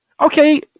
Okay